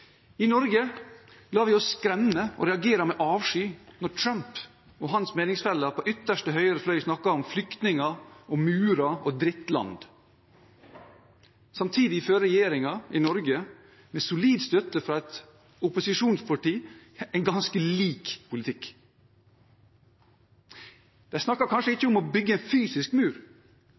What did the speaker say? I Norge lar vi oss skremme og reagerer med avsky når Trump og hans meningsfeller på ytterste høyre fløy snakker om flyktninger og murer og drittland. Samtidig fører regjeringen i Norge, med solid støtte fra et opposisjonsparti, en ganske lik politikk. De snakker kanskje ikke om å bygge en fysisk mur,